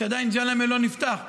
כשעדיין ג'למה לא נפתח,